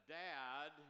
dad